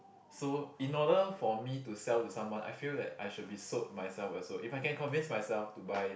so in order for me to sell to someone I feel that I should be sold myself also if I can convince myself to buy